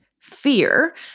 fear